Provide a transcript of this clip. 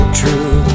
true